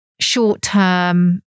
short-term